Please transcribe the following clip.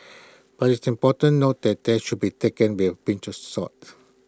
but it's important note that there should be taken with A pinch of salt